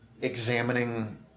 examining